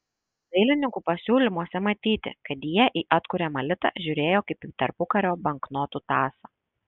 dailininkų pasiūlymuose matyti kad jie į atkuriamą litą žiūrėjo kaip į tarpukario banknotų tąsą